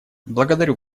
благодарю